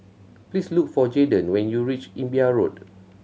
please look for Jadon when you reach Imbiah Road